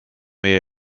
meie